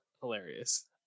Hilarious